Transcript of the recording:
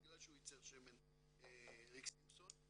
בגלל שהוא ייצר שמן ריק סימפסון.